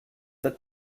the